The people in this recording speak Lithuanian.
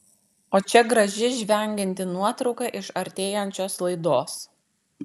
o čia graži žvengianti nuotrauka iš artėjančios laidos